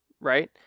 right